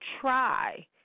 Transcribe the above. try